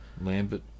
Lambert